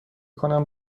کنم